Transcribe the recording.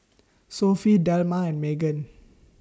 Sophie Delmar and Meaghan